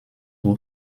who